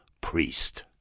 priest